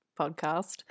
podcast